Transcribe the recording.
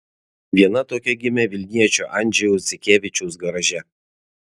viena tokia gimė vilniečio andžejaus dzikevičiaus garaže